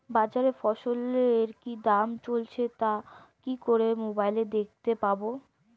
বাজারে ফসলের কি দাম চলছে তা কি করে মোবাইলে দেখতে পাবো?